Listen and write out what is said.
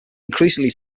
increasingly